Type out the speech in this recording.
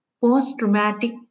Post-traumatic